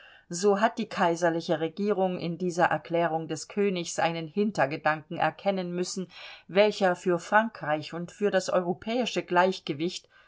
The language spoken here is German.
so hat die kaiserliche regierung in dieser erklärung des königs einen hintergedanken erkennen müssen welcher für frankreich und für das europäische gleichgewicht